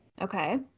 Okay